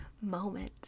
moment